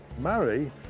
marry